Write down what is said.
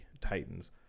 Titans